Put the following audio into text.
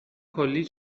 کلی